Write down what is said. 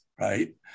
right